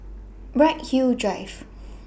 Bright Hill Drive